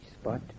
spot